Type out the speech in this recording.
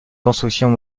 constructions